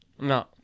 no